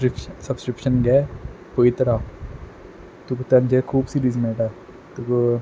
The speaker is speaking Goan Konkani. सब सबस्क्रिप्शन घे पयत राव तुका ताजेर खूब सिरीज मेयटा तुका